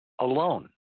alone